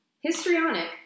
histrionic